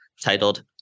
titled